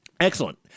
Excellent